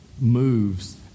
moves